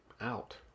out